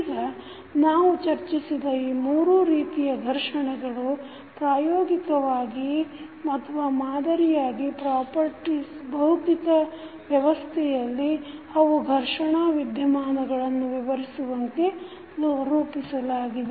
ಈಗ ನಾವು ಚರ್ಚಿಸಿದ ಈ ಮೂರು ರೀತಿಯ ಘರ್ಷಣೆಗಳು ಪ್ರಾಯೋಗಿಕ ಮಾದರ ಭೌತಿಕ ವ್ಯವಸಗಥೆಯಲ್ಲಿ ಅವು ಘರ್ಷಣಾ ವಿದ್ಯಮಾನಗಳನ್ನು ವಿವರಿಸುವಂತೆ ರೂಪಿಸಲಾಗಿದೆ